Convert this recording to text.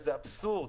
וזה אבסורד.